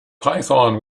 python